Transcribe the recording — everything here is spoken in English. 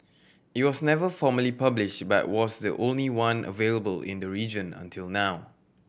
it was never formally published but was the only one available in the region until now